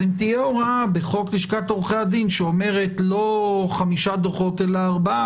אם תהיה הוראה בחוק לשכת עורכי הדין שאומרת לא חמישה דוחות אלא ארבעה,